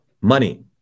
money